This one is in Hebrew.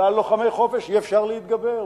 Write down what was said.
ועל לוחמי חופש אי-אפשר להתגבר.